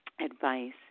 advice